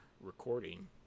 recording